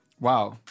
Wow